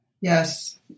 Yes